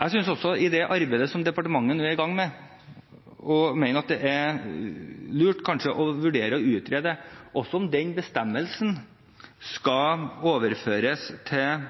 I det arbeidet som departementet nå er i gang med, mener jeg det kanskje er lurt å vurdere å utrede om den bestemmelsen også skal overføres til